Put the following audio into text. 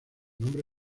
nombre